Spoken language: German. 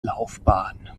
laufbahn